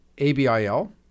ABIL